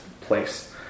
place